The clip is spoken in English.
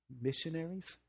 missionaries